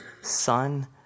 son